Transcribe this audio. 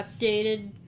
updated